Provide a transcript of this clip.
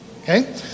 Okay